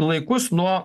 laikus nuo